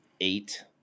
eight